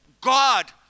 God